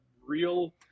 real